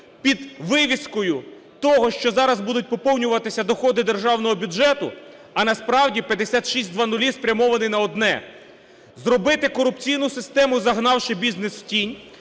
під вивіскою того, що зараз будуть поповнюватися доходи державного бюджету, а насправді 5600 спрямований на одне: зробити корупційну систему, загнавши бізнес в тінь,